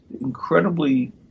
incredibly